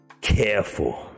careful